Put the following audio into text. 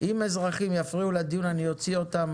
אם אזרחים יפריעו לדיון אני אוציא אותם,